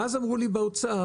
ואז אמרו לי באוצר: